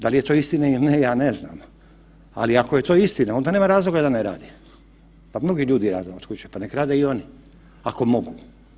Da li je to istina ili ne ja ne znam, ali ako je to istina onda nema razloga da ne rade, pa mnogi ljudi rade, pa nek rade i oni, ako mogu.